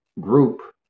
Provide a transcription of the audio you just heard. group